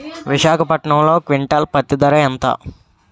విశాఖపట్నంలో క్వింటాల్ పత్తి ధర ఎంత?